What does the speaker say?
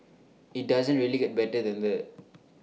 IT doesn't really get better than that